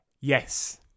Yes